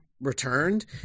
returned